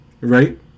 Right